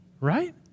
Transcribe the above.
right